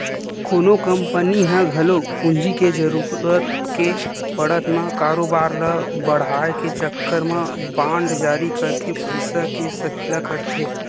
कोनो कंपनी ह घलो पूंजी के जरुरत के पड़त म कारोबार ल बड़हाय के चक्कर म बांड जारी करके पइसा के सकेला करथे